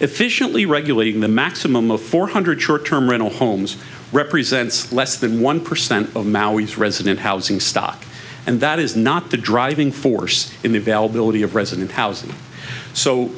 efficiently regulating the maximum of four hundred short term rental homes represents less than one percent of maui's resident housing stock and that is not the driving force in the valid realty of resident housing so